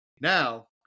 now